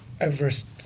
everest